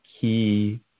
key